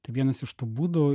tai vienas iš tų būdų